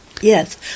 Yes